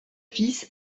fils